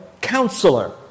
counselor